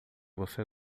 você